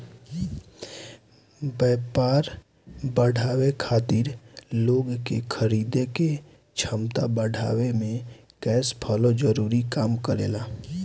व्यापार बढ़ावे खातिर लोग के खरीदे के क्षमता बढ़ावे में कैश फ्लो जरूरी काम करेला